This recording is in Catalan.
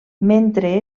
mentre